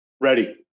ready